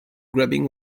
grabbing